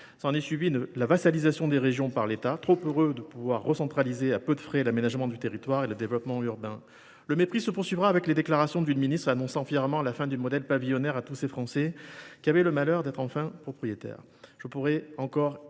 S’est ensuivie la vassalisation des régions par l’État, trop heureux de pouvoir recentraliser à peu de frais l’aménagement du territoire et le développement urbain. Le mépris a continué avec les déclarations d’une ministre annonçant fièrement la fin du modèle pavillonnaire à tous ces Français qui avaient le malheur d’être enfin propriétaires. Je pourrais encore évoquer